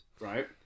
right